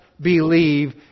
believe